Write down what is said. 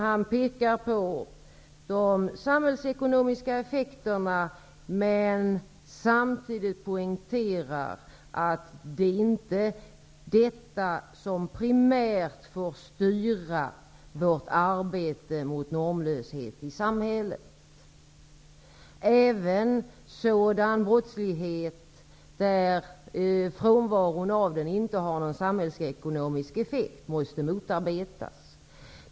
Han pekar på de samhällsekonomiska effekterna, men poängterar samtidigt att detta inte primärt får styra vårt arbete för att bekämpa normlöshet i samhället. Även sådan brottslighet där frånvaron av den inte har någon samhällsekonomisk effekt måste motarbetas.